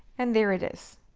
and there it is.